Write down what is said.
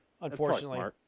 unfortunately